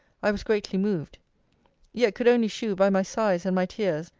i was greatly moved yet could only shew, by my sighs and my tears,